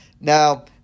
Now